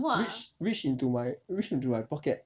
reach reach into reach into my pocket